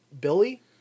Billy